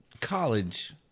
college